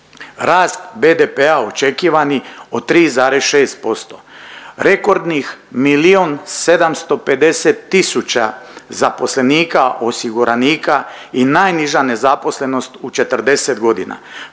Rast BDP-a očekivani od 3,6%. Rekordnih milijon 750000 zaposlenika, osiguranika i najniža nezaposlenost u 40 godina.